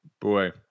Boy